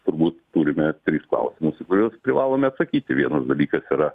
turbūt turime tris klausimus į kuriuos privalome atsakyti vienas dalykas yra